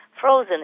frozen